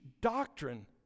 doctrine